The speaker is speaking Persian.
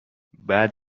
بعد